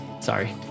Sorry